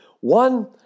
One